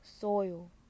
soil